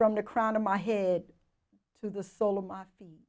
from the crown of my head to the sole of my feet